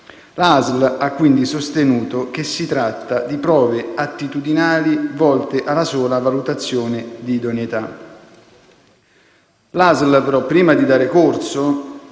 La ASL ha quindi sostenuto che si tratta di prove attitudinali volte alla sola valutazione di idoneità. La ASL però, prima di dare corso